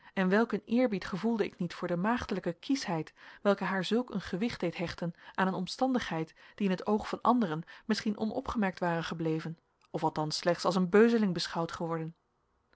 en welk een eerbied gevoelde ik niet voor de maagdelijke kieschheid welke haar zulk een gewicht deed hechten aan een omstandigheid die in het oog van anderen misschien onopgemerkt ware gebleven of althans slechts als een beuzeling beschouwd geworden